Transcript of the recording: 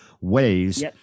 ways